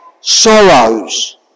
sorrows